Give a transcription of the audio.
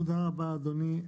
תודה רבה אדוני.